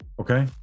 Okay